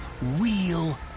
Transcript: real